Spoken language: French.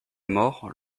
mort